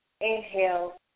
Inhale